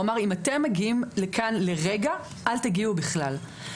הוא אמר אם אתם מגיעים לכאן לרגע, אל תגיעו בכלל.